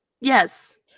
yes